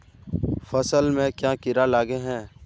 फसल में क्याँ कीड़ा लागे है?